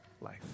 life